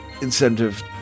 incentive